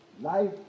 life